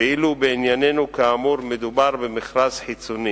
ואילו בענייננו, כאמור, מדובר במכרז חיצוני.